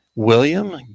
William